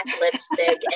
lipstick